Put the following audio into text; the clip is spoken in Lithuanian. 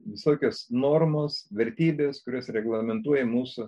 visokios normos vertybės kurios reglamentuoja mūsų